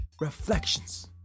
Reflections